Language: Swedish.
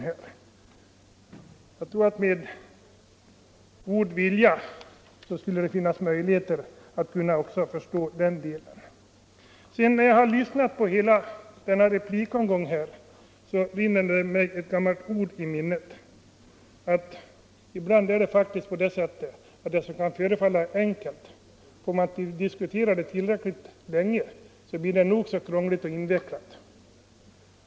Det är en rättvisefråga, och med god vilja skulle det nog finnas möjligheter att förstå också den delen. Sedan jag lyssnat till den senaste replikomgången rinner mig ett gammalt talesätt i minnet: Det som kan förefalla enkelt blir nog så invecklat och krångligt om man diskuterar det tillräckligt länge.